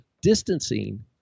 distancing